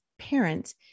parents